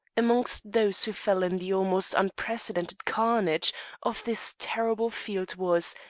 amongst those who fell in the almost unprecedented carnage of this terrible field was,